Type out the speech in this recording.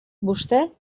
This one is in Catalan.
vostè